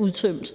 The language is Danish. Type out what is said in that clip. udtømt,